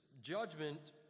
judgment